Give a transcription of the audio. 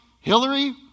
Hillary